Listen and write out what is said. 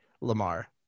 Lamar